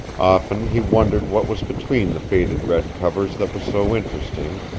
often he wondered what was between the faded red covers that was so interesting,